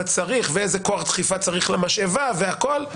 צריך ואיזה כוח דחיפה צריך למשאבה והכול,